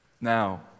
now